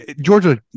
Georgia